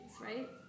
right